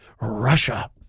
Russia